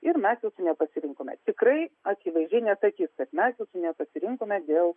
ir mes jo nepasirinkome tikrai akivaizdžiai nesakys kad mes nepasirinkome dėl